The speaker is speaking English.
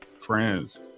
friends